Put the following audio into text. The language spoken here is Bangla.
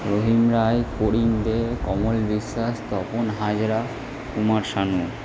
রহিম রায় করিম দে অমল বিশ্বাস তপন হাজরা কুমার শানু